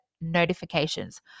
notifications